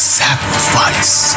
sacrifice